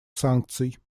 санкций